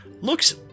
looks